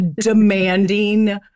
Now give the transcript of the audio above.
demanding